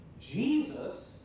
Jesus